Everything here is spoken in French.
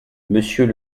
monsieur